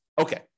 Okay